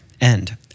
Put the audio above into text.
end